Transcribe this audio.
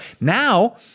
Now